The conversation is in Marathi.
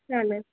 चालेल